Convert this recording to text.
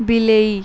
ବିଲେଇ